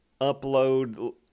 upload